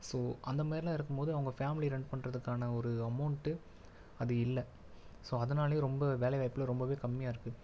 so அந்த மாரிலாம் இருக்கும் போது அவங்க ஃபேமிலியை ரன் பண்ணுறதுக்கான ஒரு அமௌண்ட்டு அது இல்லை ஸோ அதுனாலயே ரொம்ப வேலை வாய்ப்பில் ரொம்பவே கம்மியாகருக்கு